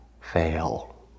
fail